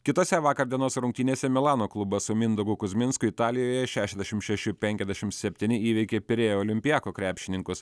kitose vakar dienos rungtynėse milano klubas su mindaugu kuzminsku italijoje šešiasdešim šeši penkiasdešim septyni įveikė pirėjo olimpiako krepšininkus